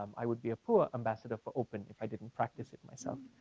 um i would be a full ambassador for open if i didn't practice it myself.